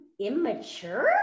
immature